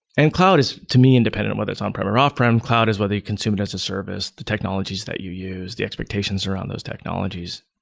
and cloud is, to me, independent. whether it's on-prem or off-prem. cloud is whether you consume it as a service, the technologies that you use, the expectations around those technologies.